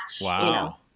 Wow